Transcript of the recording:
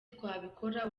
twabikora